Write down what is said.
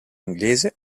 inglese